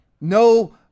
No